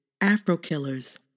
AfroKillers